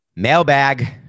Mailbag